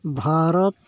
Bharat